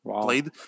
played